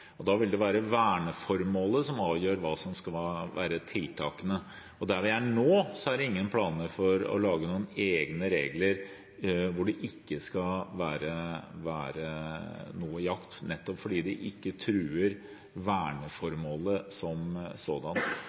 Da vil det være verneformålet som avgjør hva som skal være tiltakene. Der vi er nå, er det ingen planer om å lage noen egne regler for nasjonalparker hvor det ikke skal være jakt, nettopp fordi det ikke truer verneformålet som